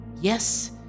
Yes